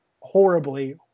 horribly